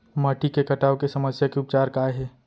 माटी के कटाव के समस्या के उपचार काय हे?